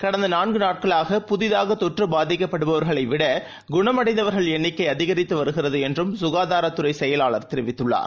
கடந்தநான்குநாட்களாகபுதிதாகதொற்றுபாதிக்கப்படுபவர்களைவிடகுணம்அடைந்தவர்எண் ணிக்கைஅதிகரித்துவருகிறதுஎன்றும்சுகாதாரத்துறைசெயலாளர்தெரிவித்துள்ளார்